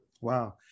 Wow